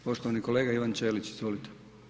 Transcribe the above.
Poštovani kolega Ivan Ćelić, izvolite.